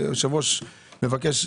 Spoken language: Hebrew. והיושב-ראש מבקש.